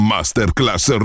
Masterclass